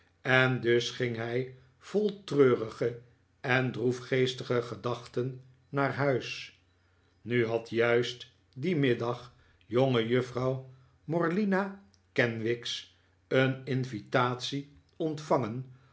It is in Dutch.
en dus ging hij vol treurige en droefgeestige gedachten naar huis nu had juist dien middag jongejuffrouw morlina kenwigs een invitatie ontvangen